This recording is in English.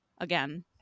again